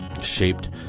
shaped